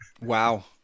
Wow